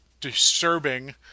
disturbing